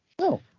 No